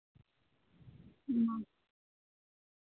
ᱦᱩᱸ